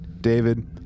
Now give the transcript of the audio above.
David